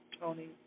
Tony